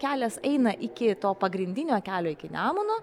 kelias eina iki to pagrindinio kelio iki nemuno